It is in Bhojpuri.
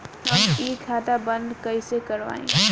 हम इ खाता बंद कइसे करवाई?